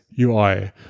UI